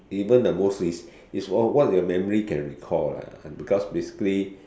even the most recent it's all what your memory can recall lah because basically